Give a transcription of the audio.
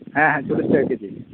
ᱦᱮᱸ ᱦᱮ ᱪᱚᱞᱞᱤᱥ ᱴᱟᱠᱟ ᱠᱮᱡᱤ